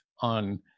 on